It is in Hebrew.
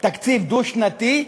תקציב דו-שנתי,